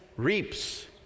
reaps